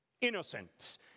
innocent